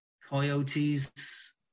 coyotes